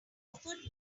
offered